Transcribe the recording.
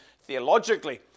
theologically